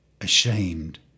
ashamed